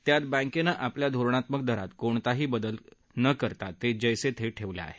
त्यात बँकेनं आपल्या धोरणात्मक दरात कोणताही बदल न करता ते जसीथे ठेवले आहेत